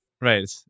Right